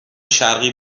شرقی